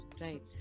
Right